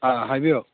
ꯑꯥ ꯍꯥꯏꯕꯤꯌꯣ